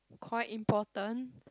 quite important